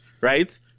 right